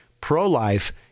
pro-life